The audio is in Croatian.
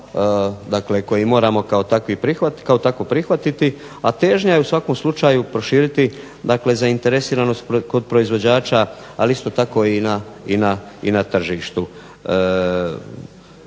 koji moramo kao takvog prihvatiti, a težnja je u svakom slučaju proširiti dakle zainteresiranost kod proizvođača, ali isto tako i na tržištu.